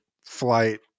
flight